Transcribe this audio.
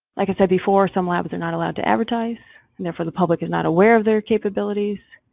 like i said before, some labs are not allowed to advertise and therefore the public is not aware of their capabilities.